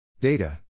Data